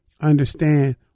understand